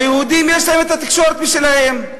והיהודים, יש להם התקשורת שלהם.